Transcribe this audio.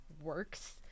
works